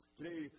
Today